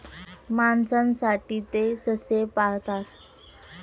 मांसासाठी ते ससे पाळतात